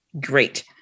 great